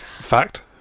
Fact